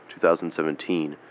2017